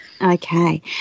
Okay